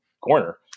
corner